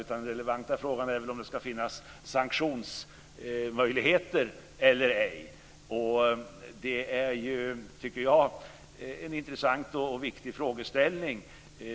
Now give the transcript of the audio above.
Den relevanta frågan är väl om det ska finnas sanktionsmöjligheter eller ej. Det är, tycker jag, en intressant och viktig frågeställning.